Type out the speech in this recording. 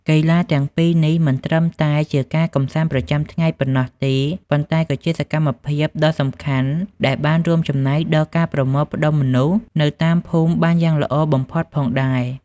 កីឡាទាំងពីរនេះមិនត្រឹមតែជាការកម្សាន្តប្រចាំថ្ងៃប៉ុណ្ណោះទេ ប៉ុន្តែក៏ជាសកម្មភាពដ៏សំខាន់ដែលបានរួមចំណែកដល់ការប្រមូលផ្តុំមនុស្សនៅតាមភូមិបានយ៉ាងល្អបំផុតផងដែរ។